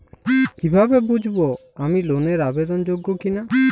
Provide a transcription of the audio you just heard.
কীভাবে বুঝব আমি লোন এর আবেদন যোগ্য কিনা?